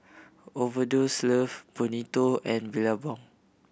Overdose Love Bonito and Billabong